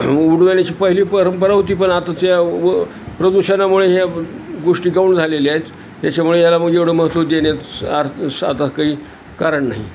उडवण्याची पहिली परंपरा होती पण आताच्या व प्रदूषणामुळे ह्या गोष्टी कमी झालेल्या आहेत त्याच्यामुळे याला मग एवढं महत्त्व देणं आ आता स काही कारण नाही